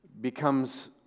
becomes